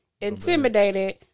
Intimidated